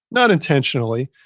not intentionally,